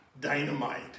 dynamite